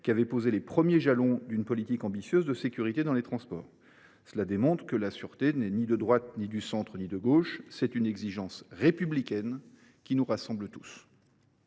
qui ont posé les premiers jalons d’une politique ambitieuse de sécurité dans les transports. Cela démontre que la sûreté n’est ni de droite, ni du centre, ni de gauche : c’est une exigence républicaine qui nous rassemble tous.